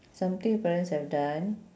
something parents have done